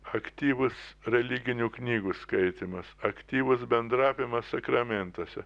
aktyvus religinių knygų skaitymas aktyvus bendravimas sakramentuose